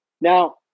Now